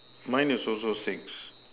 mine is also six